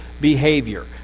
behavior